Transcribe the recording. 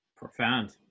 Profound